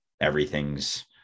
everything's